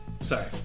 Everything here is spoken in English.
Sorry